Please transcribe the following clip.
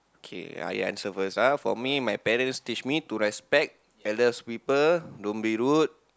okay I answer first ah for me my parents teach me to respect elders sweeper don't be rude